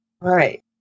right